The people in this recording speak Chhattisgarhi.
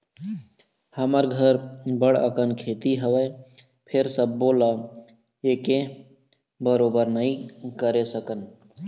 हमर घर बड़ अकन खेती हवय, फेर सबो ल एके बरोबर नइ करे सकन